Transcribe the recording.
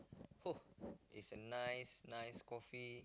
is a nice nice coffee